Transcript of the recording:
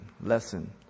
lesson